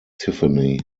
tiffany